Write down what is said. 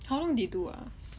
how long they do ah